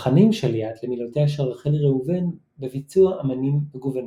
לחנים של ליאת למילותיה של רחלי ראובן בביצוע אמנים מגוונים.